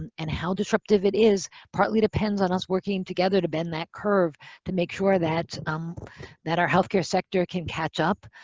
and and how disruptive it is, partly depends on us working together to bend bend that curve to make sure that um that our healthcare sector can catch up.